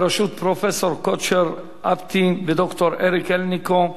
בראשות פרופסור קוצ'ר אפטי וד"ר אריק אלינקו.